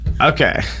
Okay